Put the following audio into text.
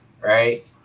right